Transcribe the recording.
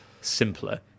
simpler